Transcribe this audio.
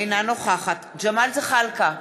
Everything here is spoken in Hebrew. אינה נוכחת ג'מאל זחאלקה,